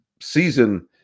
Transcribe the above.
season